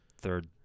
Third